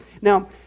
Now